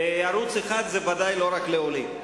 וערוץ-1 הוא ודאי לא רק לעולים,